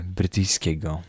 brytyjskiego